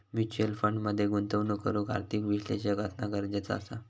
mutual fund मध्ये गुंतवणूक करूक आर्थिक विश्लेषक असना गरजेचा असा